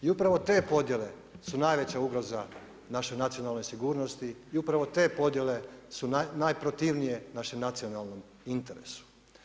I upravo te podjele su najveća ugroza našoj nacionalnoj sigurnosti i upravo te podjele su najprotivnije našem nacionalnom interesu.